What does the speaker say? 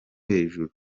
hejuru